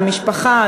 למשפחה,